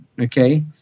Okay